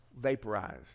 vaporized